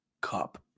Cup